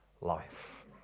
life